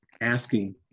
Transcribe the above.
asking